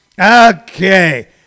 Okay